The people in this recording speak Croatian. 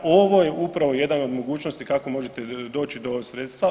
Ovo je upravo jedna od mogućnosti kako možete doći do sredstva.